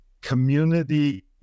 community